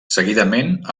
seguidament